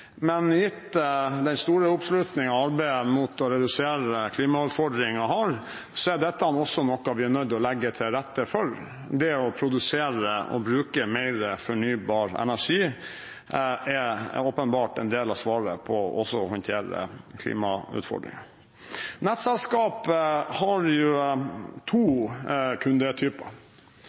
men gitt den store oppslutningen arbeidet mot å redusere klimautfordringene har, så er dette også noe vi er nødt til å legge til rette for, det å produsere og bruke mer fornybar energi er åpenbart også en del av svaret på å håndtere klimautfordringene. Nettselskap har to kundetyper. Den ene kundetypen er strømkunden, enten det